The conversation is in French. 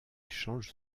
change